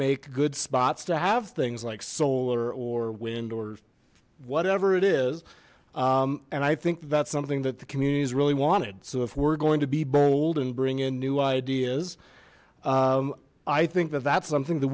make good spots to have things like solar or wind or whatever it is and i think that's something that the community's really wanted so if we're going to be bold and bring in new ideas i think that that's something that